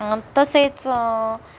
तसेच